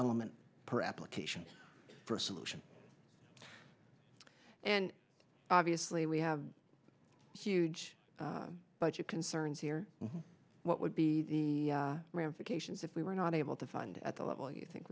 element per application for a solution and obviously we have huge budget concerns here what would be the ramifications if we were not able to fund at the level you think